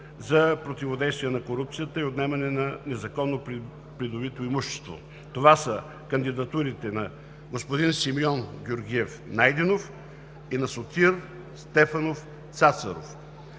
за противодействие на корупцията и за отнемане на незаконно придобитото имущество – кандидатурата на Симеон Георгиев Найденов и на Сотир Стефанов Цацаров.